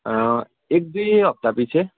एक दुई हप्तापछि